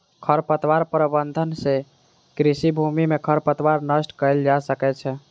खरपतवार प्रबंधन सँ कृषि भूमि में खरपतवार नष्ट कएल जा सकै छै